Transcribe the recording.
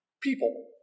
people